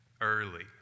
early